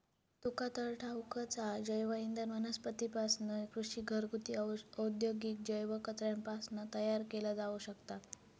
तुका तर ठाऊकच हा, जैवइंधन वनस्पतींपासना, कृषी, घरगुती, औद्योगिक जैव कचऱ्यापासना तयार केला जाऊ शकता